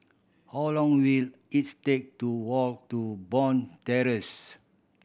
how long will it take to walk to Bond Terrace